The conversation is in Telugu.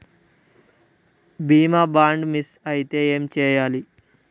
బీమా బాండ్ మిస్ అయితే ఏం చేయాలి?